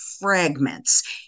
fragments